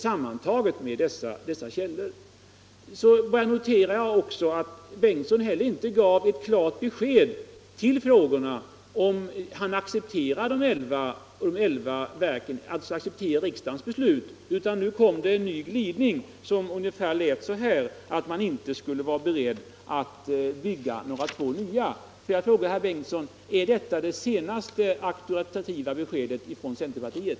Jag noterar att herr Bengtson inte gav något klart besked om han accepterar riksdagens beslut rörande de elva kärnkraftverken eller ej. Han kom med en glidande formulering om att centern inte skulle vara beredd att bygga de två nya verken. Får jag fråga herr Bengtson om detta är det senaste auktoritativa beskedet från centerpartiet?